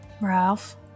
Ralph